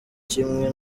kimwe